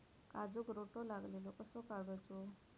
काजूक रोटो लागलेलो कसो काडूचो?